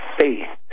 faith